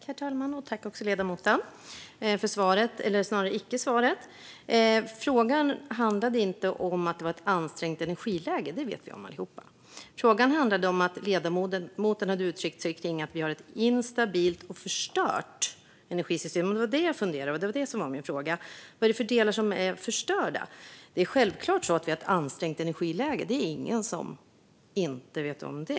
Herr talman! Jag tackar ledamoten för svaret eller snarare icke-svaret. Frågan handlade inte om att det är ett ansträngt energiläge. Det vet vi allihop. Frågan handlade om att ledamoten talat om att vi har ett instabilt och förstört energisystem. Det var det jag funderade över och som jag frågade om. Vad är det för delar som är förstörda? Det är självklart så att vi har ett ansträngt energiläge. Det är ingen som inte vet om det.